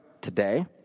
today